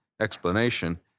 Explanation